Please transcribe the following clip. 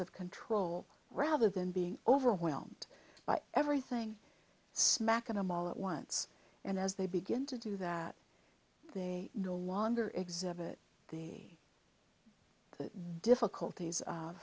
of control rather than being overwhelmed by everything smacking them all at once and as they begin to do that they no longer exhibit the the difficulties